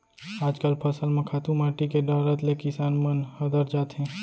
आजकल फसल म खातू माटी के डारत ले किसान मन हदर जाथें